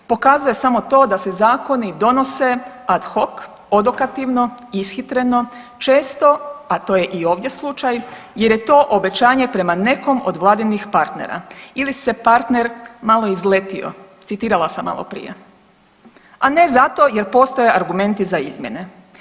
Pokazuje samo to da se zakoni donose ad hoc, odokativno, ishitreno, često, a to je i ovdje slučaj, jer je to obećanje prema nekom od Vladinih partnera ili se partner malo izletio, citirala sam maloprije, a ne zato jer postoje argumenti za izmjene.